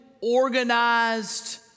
organized